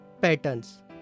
patterns